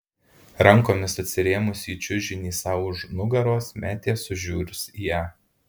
rankomis atsirėmusi į čiužinį sau už nugaros metė sužiurs į ją